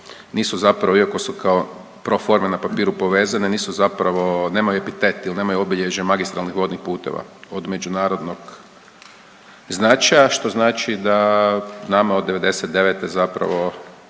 nisu zapravo iako su kao pro forme na papiru povezane, nisu zapravo, nemaju epitet il nemaju obilježje magistralnih vodnih puteva od međunarodnog značaja što znači da nama od '99. zapravo